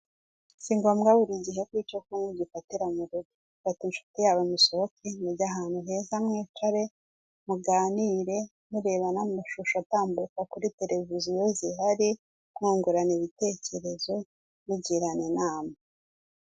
Singombwa burigihe ko icyo kunywa ugifatira murugo. Fata inshuti yawe musohoke mujye ahantu heza mwicare muganire, murebana amashusho atambuka kuri tereviziyo zihari mwungurana ibitekerezo mugirana inama.